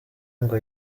ngo